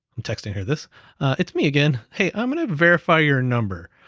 i'm texting her this it's me again. hey, i'm going to verify your number.